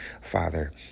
Father